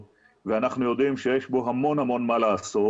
ואנחנו יודעים שיש בו המון מה לעשות.